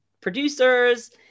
producers